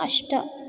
अष्ट